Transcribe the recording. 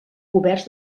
coberts